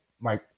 Mike